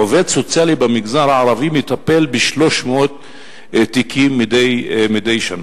עובד סוציאלי במגזר הערבי מטפל ב-300 תיקים מדי שנה,